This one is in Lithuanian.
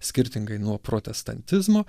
skirtingai nuo protestantizmo